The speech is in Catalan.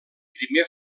primer